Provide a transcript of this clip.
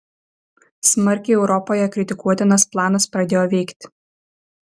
smarkiai europoje kritikuotinas planas pradėjo veikti